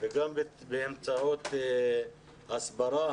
וגם באמצעות הסברה,